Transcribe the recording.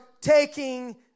taking